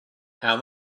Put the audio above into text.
how